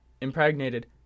impregnated